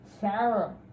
Sarah